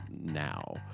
now